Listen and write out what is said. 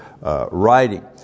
writing